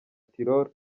tirol